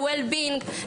ל-well being,